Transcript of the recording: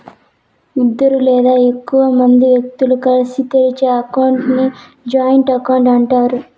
ఇద్దరు లేదా ఎక్కువ మంది వ్యక్తులు కలిసి తెరిచే అకౌంట్ ని జాయింట్ అకౌంట్ అంటారు